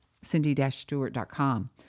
cindy-stewart.com